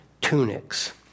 tunics